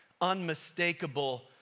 unmistakable